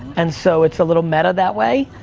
and so it's a little meta that way.